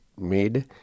made